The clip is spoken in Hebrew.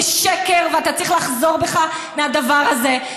זה שקר, ואתה צריך לחזור בך מהדבר הזה.